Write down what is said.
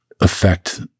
affect